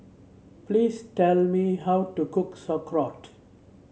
please tell me how to cook Sauerkraut